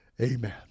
Amen